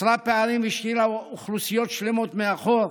יצרה פערים והשאירה אוכלוסיות שלמות מאחור,